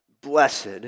Blessed